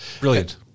Brilliant